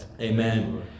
Amen